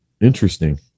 interesting